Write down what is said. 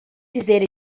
dizer